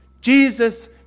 Jesus